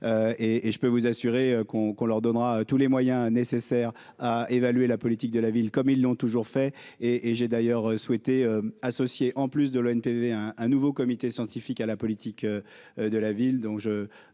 et je peux vous assurer qu'on qu'on leur donnera tous les moyens nécessaires à évaluer la politique de la ville comme ils l'ont toujours fait et et j'ai d'ailleurs souhaité associer en plus de l'OM TV un un nouveau comité scientifique à la politique de la ville,